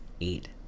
eight